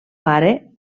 pare